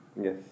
Yes